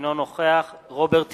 אינו נוכח רוברט טיבייב,